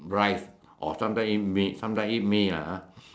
rice or sometimes eat Mee sometimes eat Mee lah ha